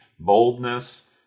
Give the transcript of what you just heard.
Boldness